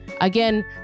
Again